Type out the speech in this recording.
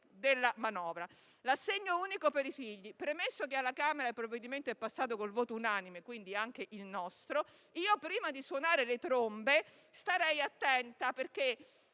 l'assegno unico per i figli. Premesso che alla Camera la proposta è passata con il voto unanime (quindi, anche con il nostro), io, prima di suonare le trombe, starei attenta.